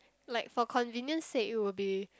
like for convenience sake it will be